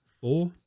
Four